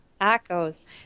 Tacos